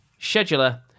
scheduler